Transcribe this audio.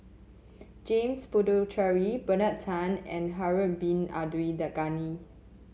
James Puthucheary Bernard Tan and Harun Bin Abdul Ghani